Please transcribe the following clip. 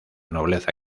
nobleza